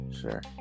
sure